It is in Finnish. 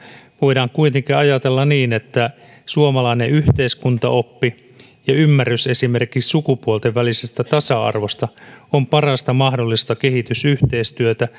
voidaan kuitenkin ajatella niin että suomalainen yhteiskuntaoppi ja ymmärrys esimerkiksi sukupuolten välisestä tasa arvosta on parasta mahdollista kehitysyhteistyötä